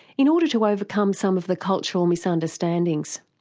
in order to overcome some of the cultural misunderstandings.